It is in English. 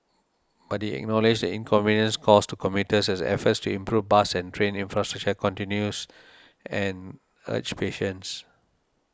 but he acknowledged the inconvenience caused to commuters as efforts to improve bus and train infrastructure continue and urged patience